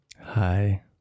Hi